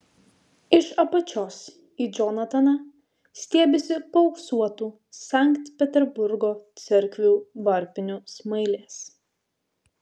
iš apačios į džonataną stiebiasi paauksuotų sankt peterburgo cerkvių varpinių smailės